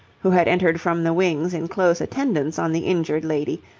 who had entered from the wings in close attendance on the injured lady,